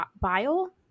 bile